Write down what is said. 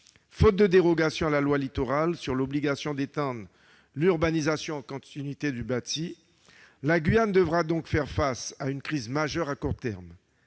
défaut de dérogation à la loi Littoral sur l'obligation d'étendre l'urbanisation en continuité du bâti, la Guyane sera confrontée à une crise majeure à court terme.